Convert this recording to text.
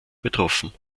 betroffen